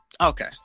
Okay